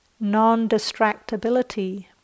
non-distractability